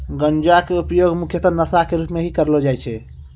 गांजा के उपयोग मुख्यतः नशा के रूप में हीं करलो जाय छै